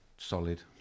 Solid